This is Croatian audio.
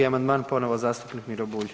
2. amandman ponovo zastupnik Miro Bulj.